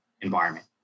environment